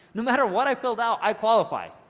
no matter what i filled out, i qualified.